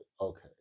okay